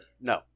No